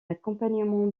accompagnement